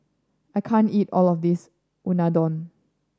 I can't eat all of this Unadon